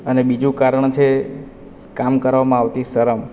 અને બીજું કારણ છે કામ કરવામાં આવતી શરમ